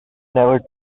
never